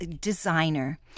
designer